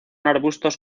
arbustos